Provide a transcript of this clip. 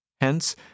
Hence